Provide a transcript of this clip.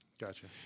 Gotcha